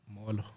Molo